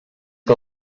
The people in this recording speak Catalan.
que